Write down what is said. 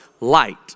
light